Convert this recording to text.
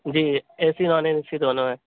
G A C non A C دونوں ہے